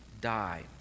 die